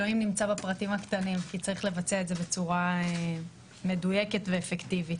אלוהים נמצא בפרטים הקטנים כי צריך לבצע את זה בצורה מדויקת ואפקטיבית.